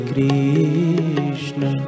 Krishna